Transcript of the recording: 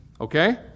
Okay